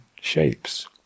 Shapes